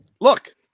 look